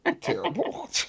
terrible